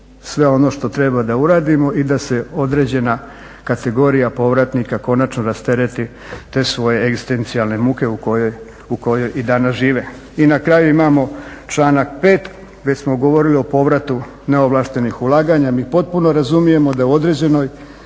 sve ono što treba da uradimo i da se određena kategorija povratnika konačno rastereti te svoje egzistencijalne muke u kojoj i danas žive. I na kraju imamo članak 5., već smo govorili o povratu neovlaštenih ulaganja. Mi potpuno razumijemo u određenom